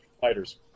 fighters